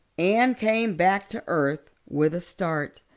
anne came back to earth with a start.